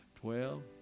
twelve